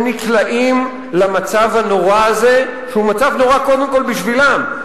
הם נקלעים למצב הנורא הזה שהוא מצב נורא קודם כול בשבילם,